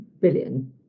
billion